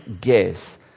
guess